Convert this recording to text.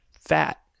fat